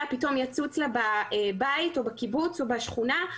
פתאום יצוץ לה בבית או בקיבוץ או בשכונה.